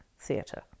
theatre